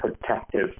protective